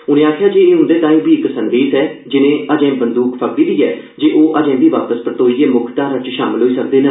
उनें आक्खेआ जे एह उंदे ताई बी इक संदेश ऐ जिनें अजें बंदूक पकड़ी दी ऐं जे ओ अजें बी वापस परतोइयै मुक्ख धारा च शामल होई सकदे न